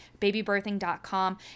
babybirthing.com